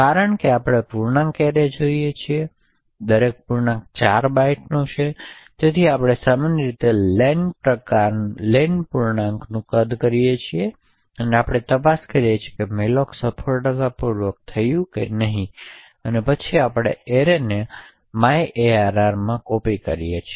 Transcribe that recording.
કારણ કે આપણે પૂર્ણાંક એરે જોઈએ છે અને દરેક પૂર્ણાંકો 4 બાઇટ્સનો છે તેથી આપણે સામાન્ય રીતે લેન પૂર્ણાંકનું કદકરીએ છીએ અને આપણે તપાસીએ છીએ કે મેલોક સફળતાપૂર્વક થયું છે કે નહીં અને પછી આપણે એરેને myarr માં કોપિ કરીએ છીએ